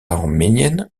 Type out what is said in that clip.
arméniennes